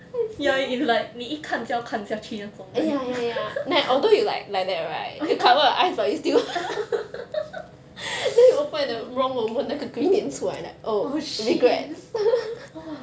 ya is like 你一看就要看下去那种 right oh shit oh